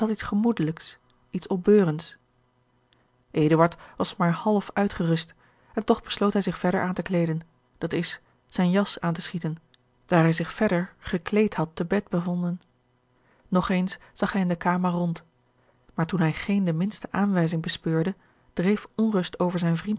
gemoedelijks iets opbeurends eduard was maar half uitgerust en toch besloot hij zich verder aan te kleeden dat is zijn jas aan te schieten daar hij zich verder gekleed had te bed bevonden nog eens zag hij in de kamer rond maar toen hij geen de minste aanwijgeorge een ongeluksvogel zing bespeurde dreef onrust over zijn